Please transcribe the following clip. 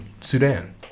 Sudan